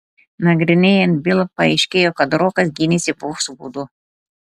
nagrinėjant bylą paaiškėjo kad rokas gynėsi bokso būdu